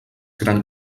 gran